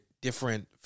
different